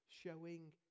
showing